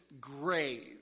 grave